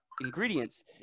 ingredients